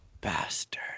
bastard